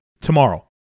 tomorrow